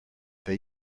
they